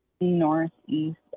Northeast